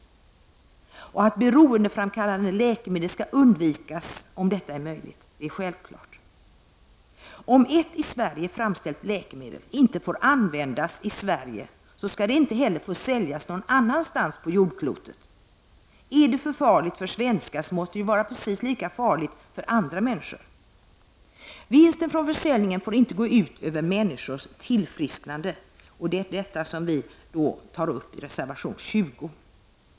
Det är självklart att beroendeframkallande läkemedel skall undvikas om det är möjligt. Om ett i Sverige framställt läkemedel inte får användas i Sverige, skall det inte heller få säljas någon annanstans på jordklotet. Är det farligt för svenskar måste det vara precis lika farligt för andra människor. Vinsten från försäljningen får inte gå ut över människors tillfrisknande. Detta har vi tagit uppi reservation 20.